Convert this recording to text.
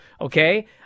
okay